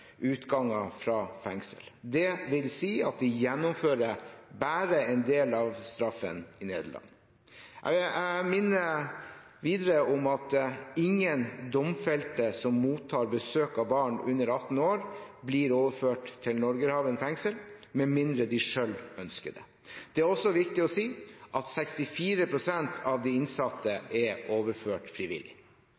utganger fra fengsel. Det vil si at de gjennomfører bare en del av straffen i Nederland. Jeg minner videre om at ingen domfelte som mottar besøk av barn under 18 år, blir overført til Norgerhaven fengsel, med mindre de selv ønsker det. Det er også viktig å si at 64 pst. av de innsatte